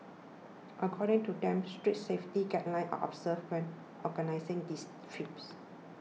according to them strict safety guidelines are observed when organising these trips